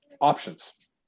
options